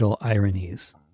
ironies